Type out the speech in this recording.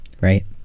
Right